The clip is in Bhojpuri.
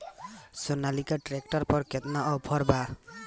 सोनालीका ट्रैक्टर पर केतना ऑफर बा?